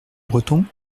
bretons